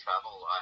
Travel